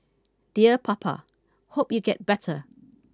dear Papa hope you get better